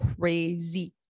crazy